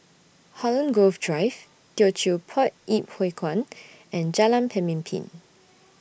Holland Grove Drive Teochew Poit Ip Huay Kuan and Jalan Pemimpin